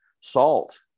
salt